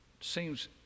seems